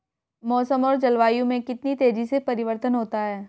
मौसम और जलवायु में कितनी तेजी से परिवर्तन होता है?